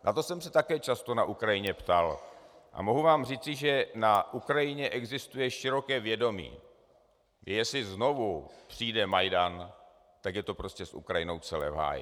Na to jsem se také často na Ukrajině ptal a mohu vám říci, že na Ukrajině existuje široké vědomí, že jestli znovu přijde Majdan, tak je to prostě s Ukrajinou celé v háji.